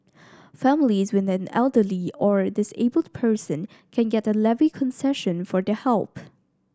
families with an elderly or disabled person can get a levy concession for their help